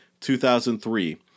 2003